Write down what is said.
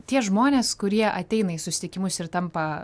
tie žmonės kurie ateina į susitikimus ir tampa